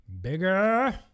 bigger